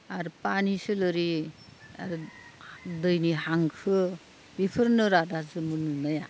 आरो पानि सोलिरि आरो दैनि हांखो बिफोरनो रा दा जोंबो नुनाया